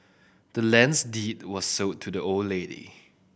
the land's deed was sold to the old lady